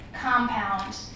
compound